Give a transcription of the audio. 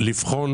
לבחון